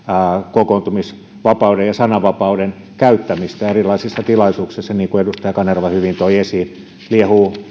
kokoontumisvapauden ja sananvapauden käyttämistä erilaisissa tilaisuuksissa niin kuin edustaja kanerva hyvin toi esiin liehuu